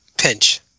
pinch